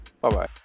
bye-bye